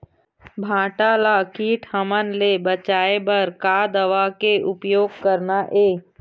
भांटा ला कीट हमन ले बचाए बर का दवा के उपयोग करना ये?